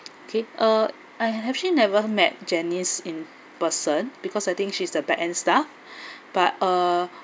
okay uh I've actually never met janice in person because I think she's the back end staff but uh